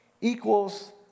equals